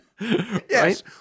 Yes